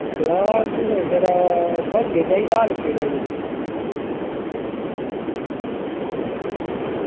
गलास तुसें बधिया चाहिदा हल्के चाहिदे